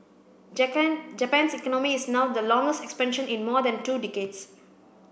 Japan's economy is now the longest expansion in more than two decades